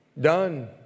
Done